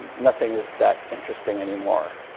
and nothing is that interesting anymore,